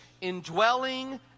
indwelling